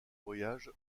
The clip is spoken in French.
voyage